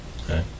Okay